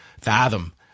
fathom